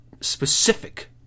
specific